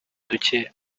duke